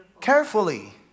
Carefully